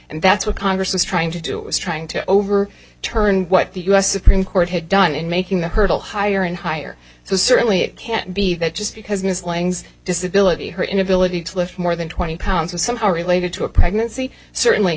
and that's what congress was trying to do it was trying to over turn what the u s supreme court had done in may the hurdle higher and higher so certainly it can't be that just because miss lang's disability her inability to lift more than twenty pounds was somehow related to a pregnancy certainly